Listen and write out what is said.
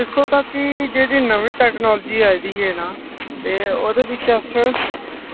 दिक्खो ताकि जेह्ड़ी नमीं टैकनॉजी आई दी ऐ ना ते ओह्दे बिच्च अस